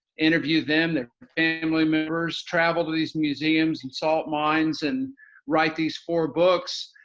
interviewed them, their family members, traveled to these museums and salt mines and write these four books,